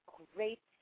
great